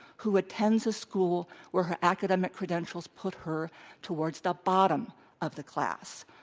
who attends a school where her academic credentials put her towards the bottom of the class.